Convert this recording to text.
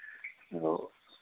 آ